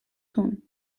tun